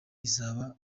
izaba